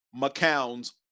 McCown's